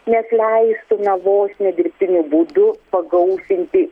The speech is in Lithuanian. nes leistų na vos ne dirbtiniu būdu pagausinti